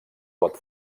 pot